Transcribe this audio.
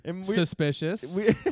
Suspicious